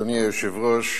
אדוני היושב-ראש,